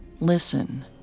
Listen